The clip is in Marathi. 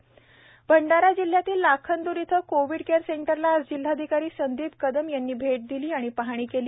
रुग्णालय पाहणी भंडाराजिल्ह्यातील लाखांदूर येथील कोविड केअर सेंटरला आज जिल्हाधिकारी संदीप कदम यांनी भेट दिली आणि पाहणी केली